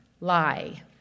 lie